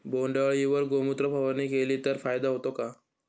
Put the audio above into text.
बोंडअळीवर गोमूत्र फवारणी केली तर फायदा होतो का?